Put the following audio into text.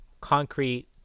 concrete